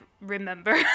remember